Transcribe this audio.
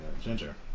Ginger